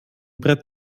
brett